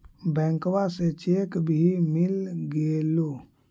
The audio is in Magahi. बैंकवा से चेक भी मिलगेलो?